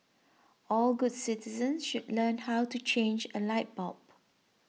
all good citizens should learn how to change a light bulb